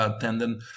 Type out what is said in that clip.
tendon